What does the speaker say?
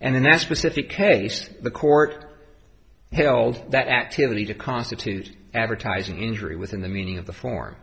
and in that specific case the court held that activity to constitute advertising injury within the meaning of the for